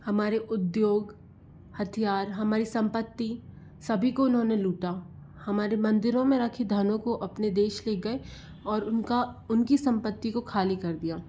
हमारे उद्योग हथियार हमारी सम्पति सभी को उन्होंने लूटा हमारे मंदिरों मे रखे धनों को अपने देश ले गए और उनका उनकी सम्पति को ख़ाली कर दिया